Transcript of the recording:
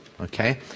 okay